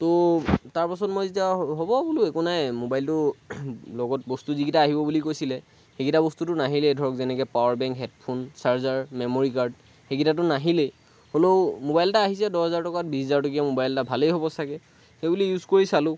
তো তাৰপিছত মই যেতিয়া হ'ব বোলো একো নাই ম'বাইলটো লগত বস্তু যিকেইটা আহিব বুলি কৈছিলে সেইকেইটা বস্তুটো নাহিলেই ধৰক যেনেকৈ power bank headphone charger memory card সেইকেইটাতো নাহিলেই হ'লেও ম'বাইল এটা আহিছে দহ হেজাৰ টকাত বিশ হেজাৰ টকীয়া ম'বাইল এটা ভালেই হ'ব চাগৈ সেইবুলি ইউজ কৰি চালোঁ